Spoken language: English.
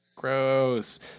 Gross